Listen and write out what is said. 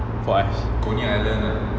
for us